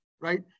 right